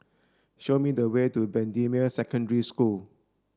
show me the way to Bendemeer Secondary School